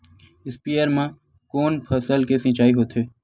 स्पीयर म कोन फसल के सिंचाई होथे?